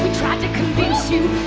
tried to convince you